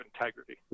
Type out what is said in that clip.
integrity